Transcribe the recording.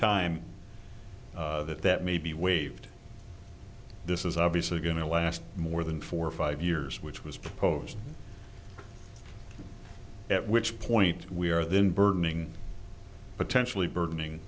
time that that may be waived this is obviously going to last more than four or five years which was proposed at which point we are then burdening potentially burdening